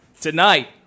Tonight